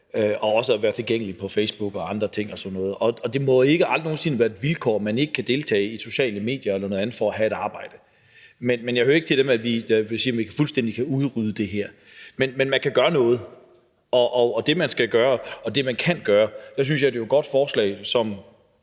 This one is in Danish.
også at være tilgængelig på Facebook og andre steder. Det må aldrig nogen sinde være et vilkår, at man ikke kan deltage på sociale medier eller andet for at kunne have et arbejde, men jeg hører ikke til dem, der siger, at vi fuldstændig kan udrydde det her. Men man kan gøre noget, og det, man kan gøre, skal man gøre. Der synes jeg, at det er et godt forslag, som